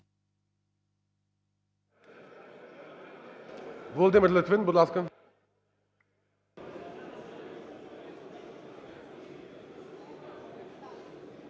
Володимир Литвин, будь ласка.